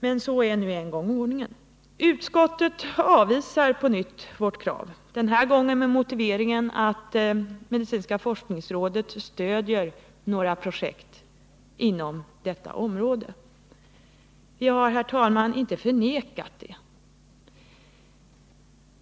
Men sådan är nu en gång ordningen. Utskottet avvisar på nytt vårt krav — denna gång med motiveringen att medicinska forskningsrådet stöder några projekt inom detta område. Vi har inte förnekat detta.